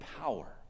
power